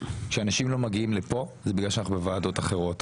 כשאנשים לא מגיעים לפה זה בגלל שאנחנו בוועדות אחרות.